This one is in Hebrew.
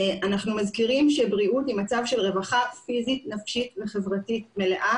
אנחנו מזכירים שבריאות היא מצב של רווחה פיזית נפשית וחברתית מלאה